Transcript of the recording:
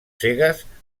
cegues